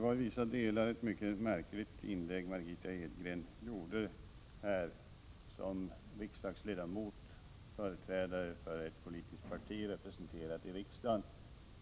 Fru talman! Margitta Edgrens inlägg här var i vissa delar mycket märkligt. Margitta Edgren är ju riksdagsledamot.